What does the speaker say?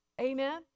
Amen